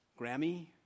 Grammy